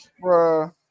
bro